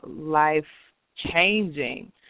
life-changing